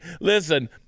listen